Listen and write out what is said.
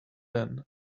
than